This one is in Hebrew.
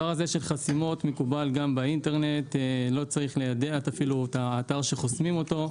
החסימה מקובל גם באינטרנט ולא צריך ליידע את האתר שחוסמים אותו.